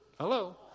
Hello